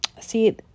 see